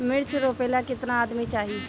मिर्च रोपेला केतना आदमी चाही?